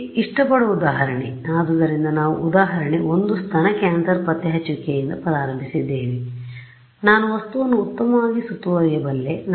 ಇಲ್ಲಿ ಇಷ್ಟಪಡುವ ಉದಾಹರಣೆ ಆದ್ದರಿಂದ ನಾವು ಉದಾಹರಣೆ 1 ಸ್ತನ ಕ್ಯಾನ್ಸರ್ ಪತ್ತೆಹಚ್ಚುವಿಕೆಯಿಂದ ಪ್ರಾರಂಭಿಸಿದ್ದೇವೆ ನಾನು ವಸ್ತುವನ್ನು ಉತ್ತಮವಾಗಿ ಸುತ್ತುವರಿಯಬಲ್ಲೆ